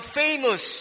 famous